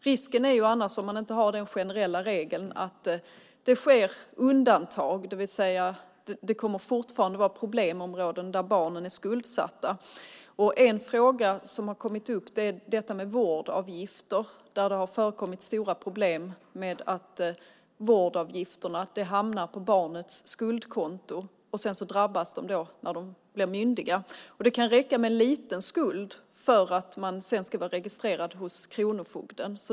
Risken är annars, om man inte har den generella regeln, att det sker undantag. Det kommer fortfarande att finnas problemområden där barnen är skuldsatta. En fråga som har kommit upp är vårdavgifter. Det har förekommit stora problem med att vårdavgifterna hamnar på barnets skuldkonto. Sedan drabbas de när de blir myndiga. Det kan räcka med en liten skuld för att man sedan ska vara registrerad hos kronofogden.